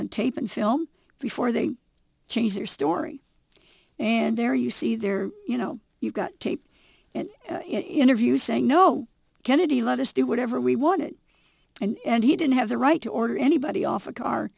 on tape and film before they change their story and there you see there you know you've got tape and interviews saying no kennedy let us do whatever we wanted and he didn't have the right to order anybody off a car